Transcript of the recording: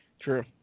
True